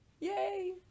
Yay